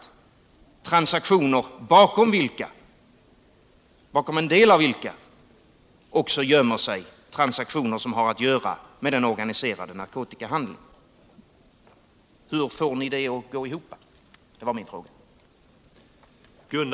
Det är transaktioner vilka en del bakom sig också gömmer transaktioner som har att göra med den organiserade narkotikahandeln. Hur får ni det att gå ihop? Det var min fråga.